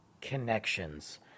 connections